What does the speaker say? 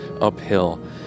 uphill